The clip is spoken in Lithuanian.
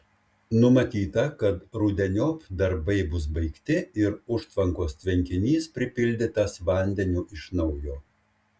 numatyta kad rudeniop darbai bus baigti ir užtvankos tvenkinys pripildytas vandeniu iš naujo